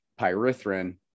pyrethrin